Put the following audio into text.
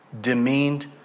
demeaned